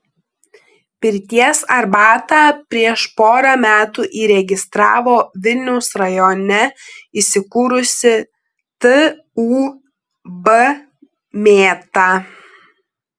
pirties arbatą prieš porą metų įregistravo vilniaus rajone įsikūrusi tūb mėta